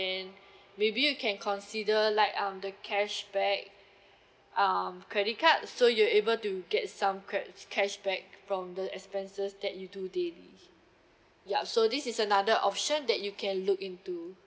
then maybe you can consider like um the cashback um credit card so you'll able to get some cash cashback from the expenses that you do daily ya so this is another option that you can look into